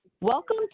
Welcome